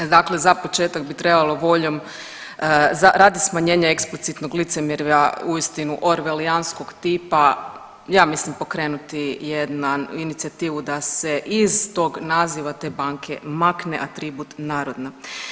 Dakle za početak bi trebalo voljom radi smanjenja eksplicitnog licemjerja uistinu orvelijanskog tipa ja mislim pokrenuti jednu inicijativu da se iz tog naziva te banke makne atribut narodna.